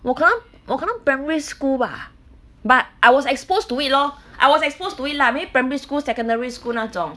我可能我可能 primary school bah but I was exposed to it lor I was exposed to lah maybe primary school secondary school 那种